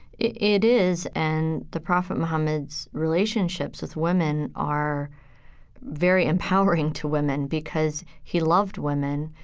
it is. and the prophet muhammad's relationships with women are very empowering to women because he loved women,